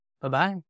Bye-bye